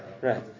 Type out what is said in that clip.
Right